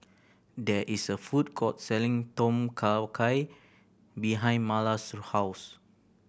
there is a food court selling Tom Kha Gai behind Marla's house